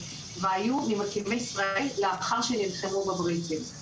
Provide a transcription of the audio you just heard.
והיו ממקימי ישראל לאחר שנלחמו בבריטים.